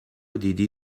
دیدی